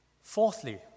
Fourthly